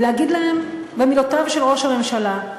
להגיד להם במילותיו של ראש הממשלה: